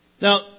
Now